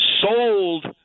sold